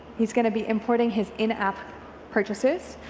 he's going to be reporting his in-app purchases,